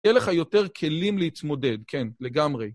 יהיה לך יותר כלים להתמודד, כן, לגמרי.